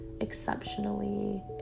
exceptionally